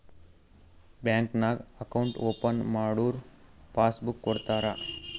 bank ನಾಗ್ account open ಮಾಡುರ್ passbook ಕೊಡ್ತಾರ